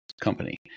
company